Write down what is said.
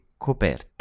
coperto